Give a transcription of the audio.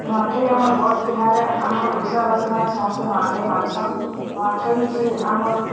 ନୂଆଁଖାଇ ଆମର୍ ବଡ଼୍ ତିହାର୍ ଆମର୍ ଓଡିଶାବାସି ମାନେ ସମସ୍ତେ ନୂଆଁଖାଇ ମାନ୍ସୁଁ ନୂଆଁଖାଇ ହଉଛି ଆମର୍